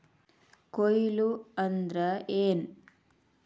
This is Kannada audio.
ಕೊಯ್ಲು ಅಂದ್ರ ಏನ್?